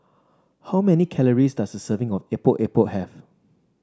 how many calories does a serving of Epok Epok have